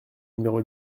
numéro